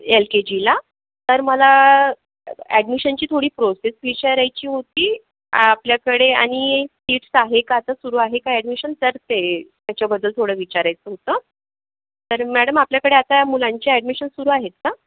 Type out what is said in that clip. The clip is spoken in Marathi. एल के जीला तर मला ॲडमिशनची थोडी प्रोसेस विचारायची होती आपल्याकडे आणि फीस आहे का आता सुरू आहे का ॲडमिशन तर ते तेच्याबद्दल थोडं विचारायचं होतं तर मॅडम आपल्याकडे आता मुलांचे ॲडमिशन सुरू आहेत का